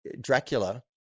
Dracula